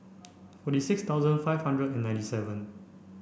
forty six thousand five hundred and ninety seven